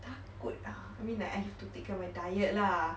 takut lah I mean like I have to take care of my diet lah